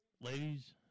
Ladies